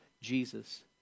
Jesus